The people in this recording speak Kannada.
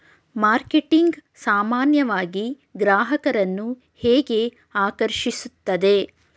ಮಾರ್ಕೆಟಿಂಗ್ ಸಾಮಾನ್ಯವಾಗಿ ಗ್ರಾಹಕರನ್ನು ಹೇಗೆ ಆಕರ್ಷಿಸುತ್ತದೆ?